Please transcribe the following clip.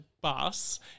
bus